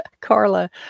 Carla